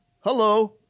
Hello